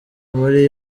muri